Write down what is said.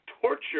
torture